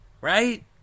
Right